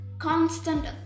Constant